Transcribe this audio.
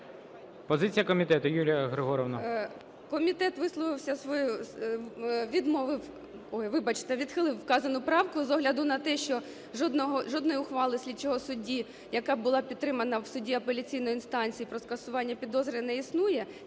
Позиція комітету, Юлія Григорівна.